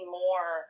more